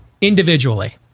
individually